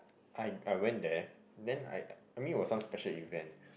I I went there then I I mean it was some special event